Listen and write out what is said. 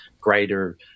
greater